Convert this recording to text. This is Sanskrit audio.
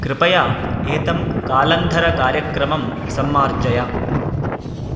कृपया एतं कालन्धर कार्यक्रमं सम्मार्जय